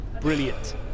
Brilliant